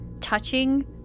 touching